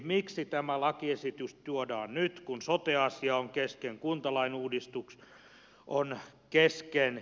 miksi tämä lakiesitys tuodaan nyt kun sote asia on kesken kuntalain uudistus on kesken